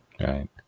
Right